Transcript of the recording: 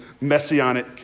messianic